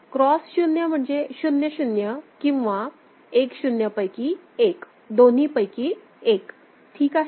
cross 0 म्हणजे 00 किंवा 10 पैकी एक दोन्हीपैकी एक ठीक आहे